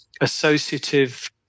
associative